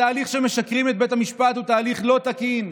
התהליך שמשקרים לבית המשפט הוא תהליך לא תקין.